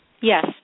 yes